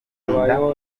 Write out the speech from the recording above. kwirinda